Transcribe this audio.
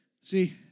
See